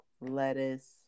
lettuce